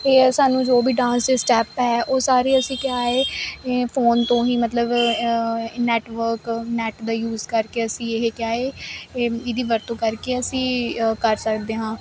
ਏ ਆ ਸਾਨੂੰ ਜੋ ਵੀ ਡਾਂਸ ਦੇ ਸਟੈਪ ਹੈ ਉਹ ਸਾਰੇ ਅਸੀਂ ਕਿਆ ਏ ਇਹ ਫੋਨ ਤੋਂ ਹੀ ਮਤਲਬ ਨੈਟਵਰਕ ਨੈਟ ਦਾ ਯੂਸ ਕਰਕੇ ਅਸੀਂ ਇਹ ਕਿਆ ਏ ਏ ਇਹ ਦੀ ਵਰਤੋਂ ਕਰਕੇ ਅਸੀਂ ਕਰ ਸਕਦੇ ਹਾਂ